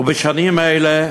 ובשנים האלה